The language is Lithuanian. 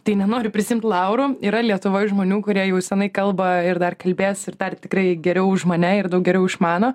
tai nenoriu prisiimt laurų yra lietuvoj žmonių kurie jau senai kalba ir dar kalbės ir dar tikrai geriau už mane ir daug geriau išmano